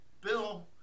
Bill